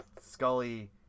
Scully